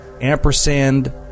ampersand